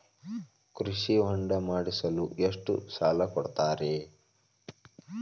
ಕೃಷಿ ಹೊಂಡ ಮಾಡಿಸಲು ಎಷ್ಟು ಸಾಲ ಕೊಡ್ತಾರೆ?